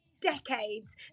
decades